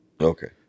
Okay